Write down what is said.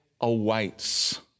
awaits